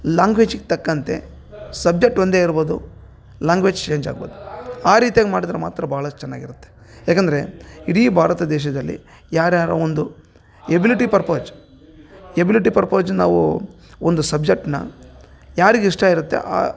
ಲಾಂಗ್ವೇಜಿಗೆ ತಕ್ಕಂತೆ ಸಬ್ಜೆಕ್ಟ್ ಒಂದೇ ಇರ್ಬೋದು ಲಾಂಗ್ವೇಜ್ ಚೇಂಜಾಗ್ಬೋದು ಆ ರೀತ್ಯಾಗಿ ಮಾಡಿದರೆ ಮಾತ್ರ ಭಾಳಷ್ಟು ಚೆನ್ನಾಗಿರತ್ತೆ ಏಕಂದರೆ ಇಡೀ ಭಾರತ ದೇಶದಲ್ಲಿ ಯಾರ್ಯಾರೋ ಒಂದು ಎಬಿಲಿಟಿ ಪರ್ಪೊಜ್ ಎಬಿಲಿಟಿ ಪರ್ಪೊಜ್ ನಾವು ಒಂದು ಸಬ್ಜೆಕ್ಟ್ನ ಯಾರಿಗೆ ಇಷ್ಟ ಇರತ್ತೆ ಆ